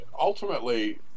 ultimately